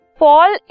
fall